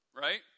Right